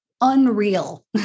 unreal